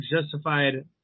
Justified